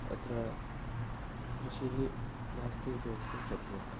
अत्र कृषिः नास्ति इति वक्तुं शक्नुमः